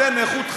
אין איכות חיים.